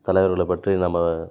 தலைவர்களை பற்றி நம்ம